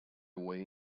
way